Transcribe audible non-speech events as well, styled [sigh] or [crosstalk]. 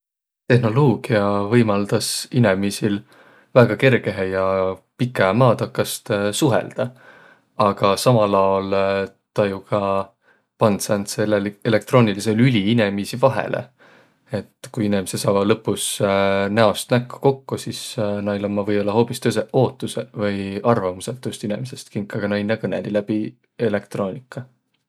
Tehnoloogia võimaldas inemiisil väega kergehe ja pikä maa takast [hesitation] suhõldaq. Aga samal aol tä ju ka pand säändse elektroonilidse lüli inemiisi vaihõlõ. Et ku inemiseq saavaq lõpus [hesitation] näost näkko kokko, sis näil ummaq või-ollaq hoobis tõsõq ootusõq vai arvamusõq tuust inemisest, kinkaga näq inne kõnõliq läbi elektrooniga.